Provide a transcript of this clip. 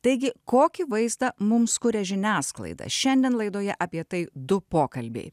taigi kokį vaizdą mums kuria žiniasklaida šiandien laidoje apie tai du pokalbiai